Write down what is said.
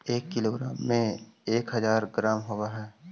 एक किलोग्राम में एक हज़ार ग्राम होव हई